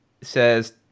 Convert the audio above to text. says